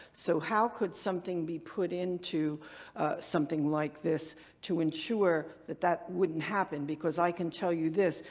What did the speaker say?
so how could something be put into something like this to ensure that that wouldn't happen? because i can tell you this,